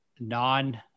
non